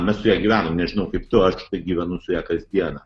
mes su ja gyvenam nežinau kaip tu aš tai gyvenu su ja kasdieną